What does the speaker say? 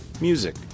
music